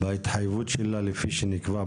בהתחייבות שלה כפי שנקבע בחוק,